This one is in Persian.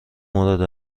مورد